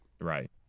Right